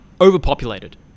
overpopulated